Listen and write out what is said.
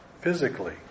Physically